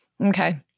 okay